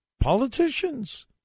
politicians